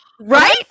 Right